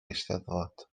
eisteddfod